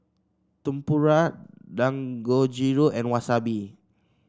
Tempura Dangojiru and Wasabi